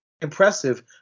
impressive